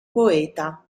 poeta